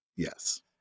Yes